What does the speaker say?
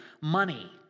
money